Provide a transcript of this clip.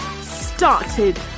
started